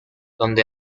donde